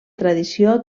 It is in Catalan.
tradició